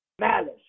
malice